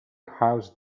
house